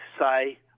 say